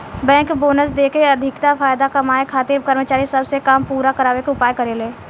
bank bonus देके अधिका फायदा कमाए खातिर कर्मचारी सब से काम पूरा करावे के उपाय करेले